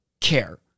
care